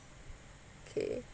K